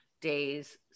days